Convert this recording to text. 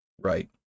Right